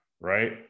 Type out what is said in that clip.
Right